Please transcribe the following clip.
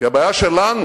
כי הבעיה שלנו,